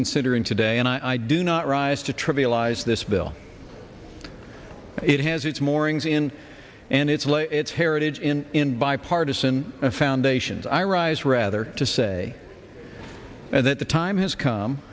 considering today and i do not rise to trivialize this bill it has its moorings in and its law its heritage in in bipartisan foundations i rise rather to say that the time has come